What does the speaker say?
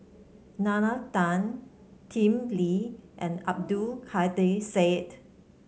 Nalla Tan Lim Lee and Abdul Kadir Syed